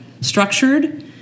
structured